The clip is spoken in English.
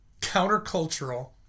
countercultural